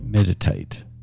meditate